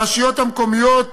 הרשויות המקומיות,